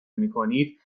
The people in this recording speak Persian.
میکنید